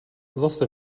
zase